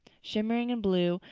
shimmering and blue,